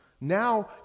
Now